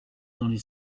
dans